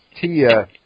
Tia